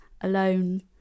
alone